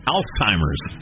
Alzheimer's